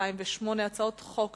הצעות חוק